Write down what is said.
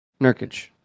Nurkic